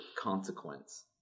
consequence